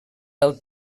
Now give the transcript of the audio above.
del